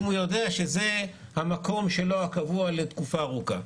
אבל אם הוא יודע שזה המקום הקבוע שלו לתקופה ארוכה.